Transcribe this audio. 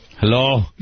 Hello